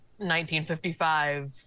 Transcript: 1955